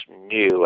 new